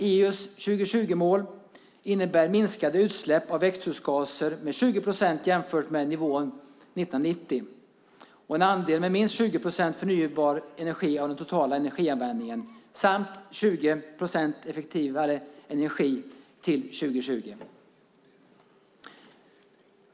EU:s 2020-mål innebär minskade utsläpp av växthusgaser med 20 procent jämfört med nivån år 1990, en andel med minst 20 procent förnybar energi av den totala energianvändningen samt 20 procent effektivare energi till år 2020.